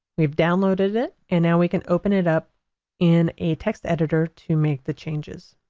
we've downloaded it, and now we can open it up in a text editor to make the changes.